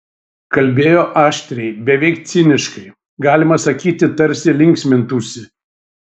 kalbėjo aštriai beveik ciniškai galima sakyti tarsi linksmintųsi